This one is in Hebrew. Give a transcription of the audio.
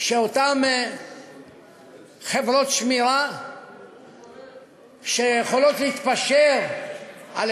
כשאותן חברות שמירה שיכולות להתפשר על